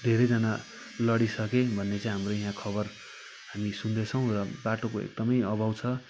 धेरैजना लडिसके भन्ने चाहिँ हाम्रो यहाँ खबर हामी सुन्दैछौँ र बाटोको एकदमै अभाव छ